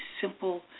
simple